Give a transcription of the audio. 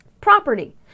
Property